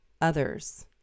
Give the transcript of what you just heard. others